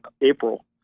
April